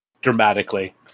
Dramatically